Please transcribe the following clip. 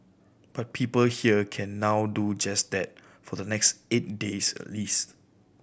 but people here can now do just that for the next eight days at least